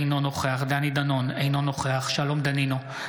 אינו נוכח דני דנון, אינו נוכח שלום דנינו,